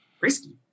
risky